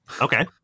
Okay